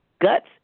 guts